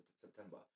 September